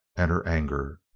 and her anger.